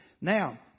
Now